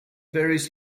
various